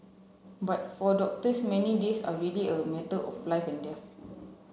but for doctors many days are really a matter of life and death